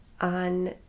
on